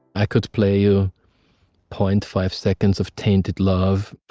i could play you point five seconds of tainted love,